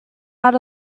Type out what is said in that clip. out